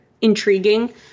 intriguing